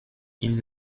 ils